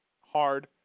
hard